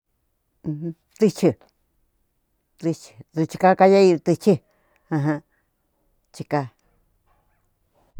Tutyu tutyu dutyika kayeiyu tuthu ajan tyika.